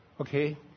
Okay